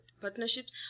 Partnerships